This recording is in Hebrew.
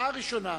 ההצעה הראשונה,